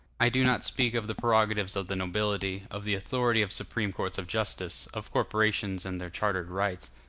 i do not speak of the prerogatives of the nobility, of the authority of supreme courts of justice, of corporations and their chartered rights,